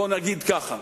בוא נגיד ככה,